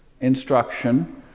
instruction